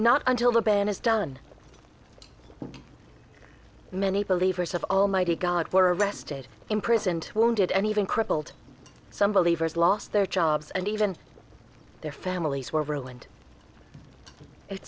not until the ban is done many believers of almighty god were arrested imprisoned wounded even crippled some believers lost their jobs and even their families were ruined it